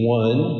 one